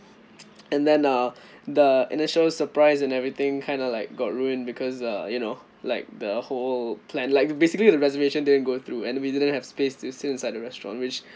and then uh the initial surprise and everything kind of like got ruined because uh you know like the whole plan like basically the reservation didn't go through and we didn't have space to sit inside the restaurant which